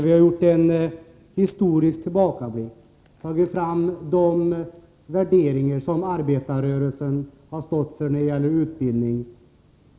Vi har gjort en historisk tillbakablick på de värderingar som arbetarrörelsen traditionellt har stått för när det gäller utbildning.